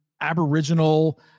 Aboriginal